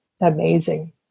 amazing